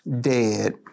dead